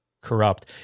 corrupt